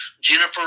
Jennifer